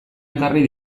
ekarri